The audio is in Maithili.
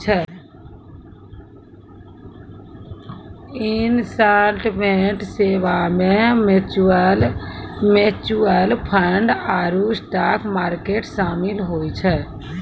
इन्वेस्टमेंट सेबा मे म्यूचूअल फंड आरु स्टाक मार्केट शामिल होय छै